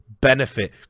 benefit